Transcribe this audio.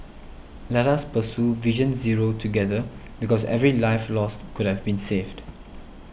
Let us pursue Vision Zero together because every life lost could have been saved